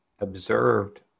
observed